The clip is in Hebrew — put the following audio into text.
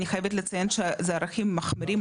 אני חייבת לציין שזה ערכים מחמירים,